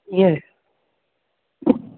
yes